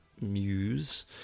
muse